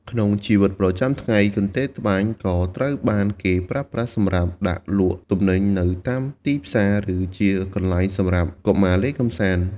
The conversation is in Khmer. ក្នុងជីវិតប្រចាំថ្ងៃ កន្ទេលត្បាញក៏ត្រូវបានគេប្រើប្រាស់សម្រាប់ដាក់លក់ទំនិញនៅតាមទីផ្សារ ឬជាកន្លែងសម្រាប់កុមារលេងកម្សាន្ត។